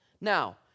Now